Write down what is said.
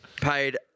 paid